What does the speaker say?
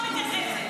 אתה כלום, אתה כלום.